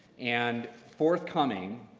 and forthcoming,